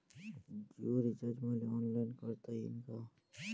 जीओच रिचार्ज मले ऑनलाईन करता येईन का?